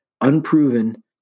unproven